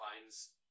finds